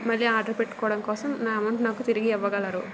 మళ్ళీ ఆర్డర్ పెట్టుకోవడం కోసం నా అమౌంట్ నాకు తిరిగి ఇవ్వగలరు